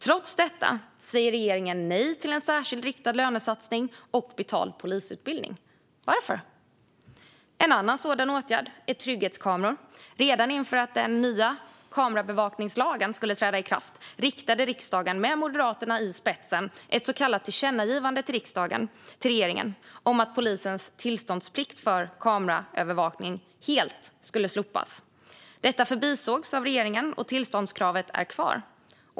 Trots detta säger regeringen nej till en särskild riktad lönesatsning och betald polisutbildning. Varför? En annan åtgärd är trygghetskameror. Redan inför att den nya kamerabevakningslagen skulle träda i kraft riktade riksdagen med Moderaterna i spetsen ett tillkännagivande till regeringen om att polisens tillståndsplikt för kameraövervakning skulle slopas helt. Detta förbisågs av regeringen, och tillståndskravet är kvar.